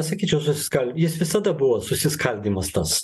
sakyčiau susiskal jis visada buvo susiskaldymas tas